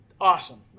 awesome